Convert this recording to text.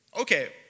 okay